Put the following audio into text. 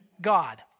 God